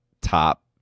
top